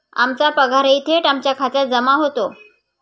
आमचा पगारही थेट आमच्या खात्यात जमा होतो